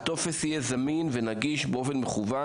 הטופס יהיה זמין ונגיש באופן מקוון